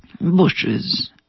Bushes